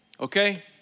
Okay